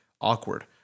awkward